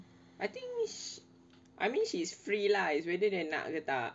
I think she I mean she's free lah it's whether dia nak ke tak